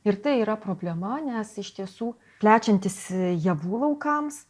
ir tai yra problema nes iš tiesų plečiantis javų laukams